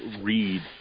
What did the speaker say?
read